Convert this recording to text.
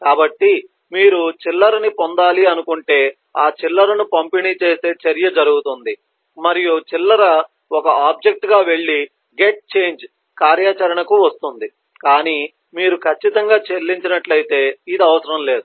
కాబట్టి మీరు చిల్లర ని పొందాలి అనుకుంటే ఆ చిల్లర ను పంపిణీ చేసే చర్య జరుగుతుంది మరియు చిల్లర ఒక ఆబ్జెక్ట్ గా మళ్ళీ గేట్ చేంజ్ కార్యాచరణకు వస్తుంది కానీ మీరు ఖచ్చితంగా చెల్లించినట్లయితే ఇది అవసరం లేదు